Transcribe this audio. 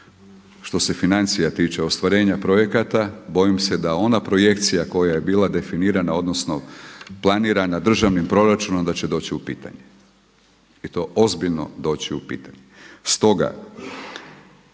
što se financija tiče, ostvarenja projekata bojim se da ona projekcija koja je bila definirana, odnosno planirana državnim proračunom da će doći u pitanje. I to ozbiljno doći u pitanje.